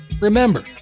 Remember